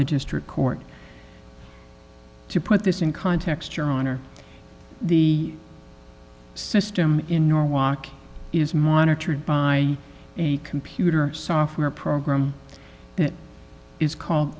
the district court to put this in context your honor the system in norwalk is monitored by a computer software program is called